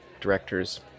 directors